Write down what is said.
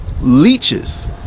leeches